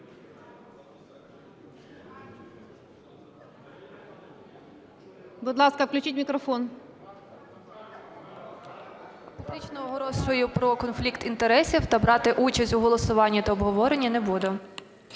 Будь ласка, включіть мікрофон.